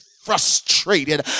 frustrated